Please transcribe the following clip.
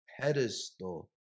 pedestal